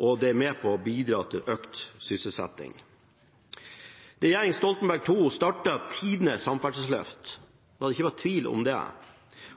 og det er med på å bidra til økt sysselsetting. Regjeringen Stoltenberg II startet tidenes samferdselsløft – la det ikke være tvil om det –